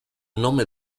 nome